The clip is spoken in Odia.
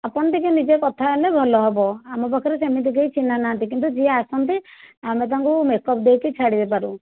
ଆପଣ ଟିକିଏ ନିଜେ କଥା ହେଲେ ଭଲ ହେବ ଆମ ପାଖରେ ସେମିତି କେହି ଚିହ୍ନାନାହାନ୍ତି କିନ୍ତୁ ଯିଏ ଆସନ୍ତି ଆମେ ତାକୁ ମେକଅପ୍ ଦେଇକି ଛାଡ଼ିପାରିବୁ